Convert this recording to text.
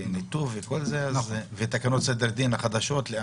ניתוב ולאמץ את תקנות סדר דין החדשות?